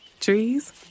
Trees